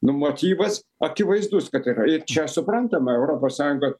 nu motyvas akivaizdus kad yra ir čia suprantama europos sąjunga